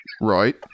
right